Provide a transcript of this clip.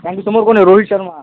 कारण की समोर कोण आहे रोहित शर्मा